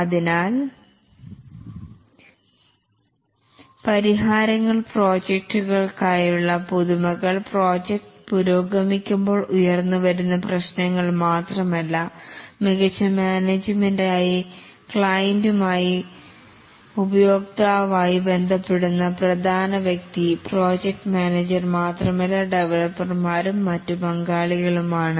അതിനാൽ പരിഹാരങ്ങൾ പ്രോജക്റ്റുകൾ ക്കായുള്ള പുതുമകൾ പ്രോജക്ട് പുരോഗമിക്കുമ്പോൾ ഉയർന്നുവരുന്ന പ്രശ്നങ്ങൾക്ക് മാത്രമല്ല മികച്ച മാനേജ്മെൻറ് മായി ക്ലൈറ്ന്റുകളുമായി ഉപയോക്താക്കളുമായി ബന്ധപ്പെടുന്ന പ്രധാന വ്യക്തി പ്രോജക്റ്റ് മാനേജർ മാത്രമല്ലഡെവലപ്പർ മാരും മറ്റു പങ്കാളികളുമാണ്